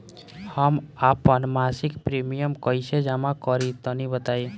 हम आपन मसिक प्रिमियम कइसे जमा करि तनि बताईं?